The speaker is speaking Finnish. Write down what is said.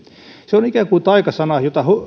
se on ikään kuin taikasana jota